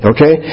Okay